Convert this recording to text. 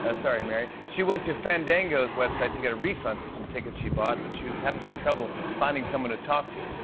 ah sorry, mary. she went to fandango's website to get a refund for some tickets she bought, but she was having some trouble finding someone to talk to.